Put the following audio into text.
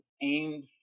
aimed